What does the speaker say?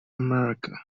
america